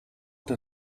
der